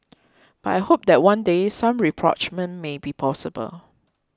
but I hope that one day some rapprochement may be possible